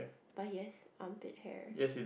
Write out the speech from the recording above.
but he has armpit hair